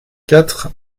quatre